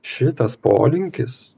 šitas polinkis